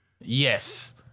Yes